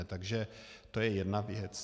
Takže to je jedna věc.